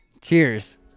Cheers